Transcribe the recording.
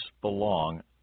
belong